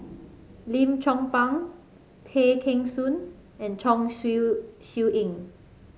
Lim Chong Pang Tay Kheng Soon and Chong Siew Ying